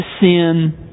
sin